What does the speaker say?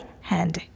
hand